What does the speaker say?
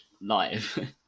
live